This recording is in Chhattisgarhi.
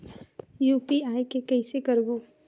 यू.पी.आई के कइसे करबो?